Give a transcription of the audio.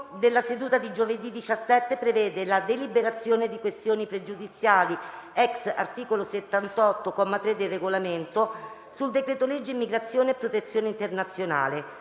seduta di giovedì 17 prevede la deliberazione di questioni pregiudiziali, *ex* articolo 78, comma 3, del Regolamento, sul decreto-legge immigrazione e protezione internazionale